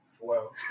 wow